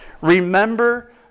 remember